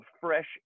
fresh